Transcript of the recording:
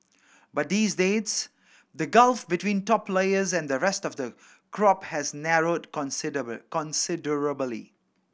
but these days the gulf between top layers and the rest of the crop has narrowed considerably